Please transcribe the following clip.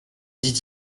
dit